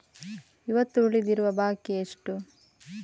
ಇವತ್ತು ಉಳಿದಿರುವ ಬಾಕಿ ಎಷ್ಟು?